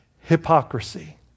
hypocrisy